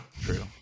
true